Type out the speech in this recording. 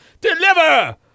deliver